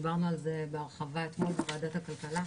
דיברנו על זה בהרחבה אתמול בוועדת הכלכלה.